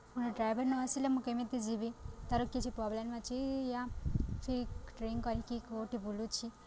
ମୁଁ ଡ୍ରାଇଭର୍ ନ ଆସିଲେ ମୁଁ କେମିତି ଯିବି ତା'ର କିଛି ପ୍ରୋବ୍ଲେମ୍ ଅଛି ୟା ଫିର୍ ଡ୍ରିଂକ୍ କରିକି କେଉଁଠି ବୁଲୁଛି